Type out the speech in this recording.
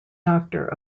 doctor